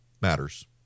matters